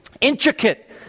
intricate